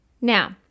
Now